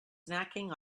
snacking